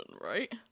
right